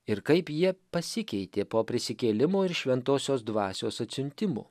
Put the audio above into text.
ir kaip jie pasikeitė po prisikėlimo ir šventosios dvasios atsiuntimo